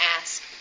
ask